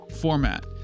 format